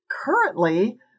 currently